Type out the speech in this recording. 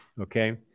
Okay